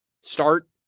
start